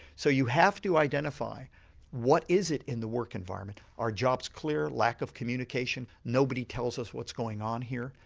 so you have to identify what is it in the work environment, are jobs clear, lack of communication, nobody tells us what's going on here,